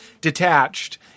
detached